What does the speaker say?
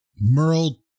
Merle